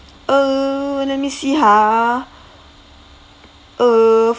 uh let me see ha uh